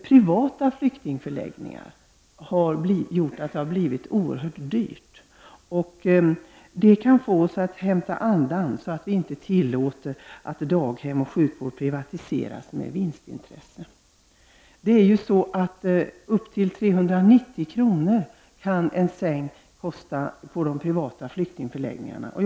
Privata flyktingförläggningar har visat sig bli oerhört dyra. Det kan få oss att hämta andan så att vi inte tillåter att daghem och sjukvård privatiseras av vinstintressen. På de privata flyktingförläggningarna kan en sängplats kosta upp till 390 kr.